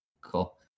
Cool